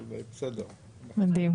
מדהים.